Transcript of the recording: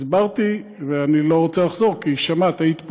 הסברתי ואני לא רוצה לחזור, כי שמעת, היית פה,